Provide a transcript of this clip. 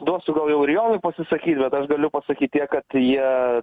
duosiu gal jau ir jonui pasisakyt bet aš galiu pasakyt tiek kad jie